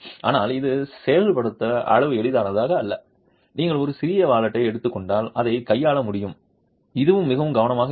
ஆனால் இது செயல்படுத்த அவ்வளவு எளிதானது அல்ல நீங்கள் ஒரு சிறிய வாலெட்டை எடுத்துக் கொண்டால் அதைக் கையாள முடியும் இதுவும் மிகவும் கனமாக இருக்கும்